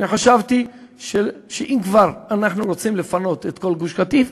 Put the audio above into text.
אני חשבתי שאם כבר אנחנו רוצים לפנות את כל גוש-קטיף,